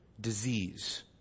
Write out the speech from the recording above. disease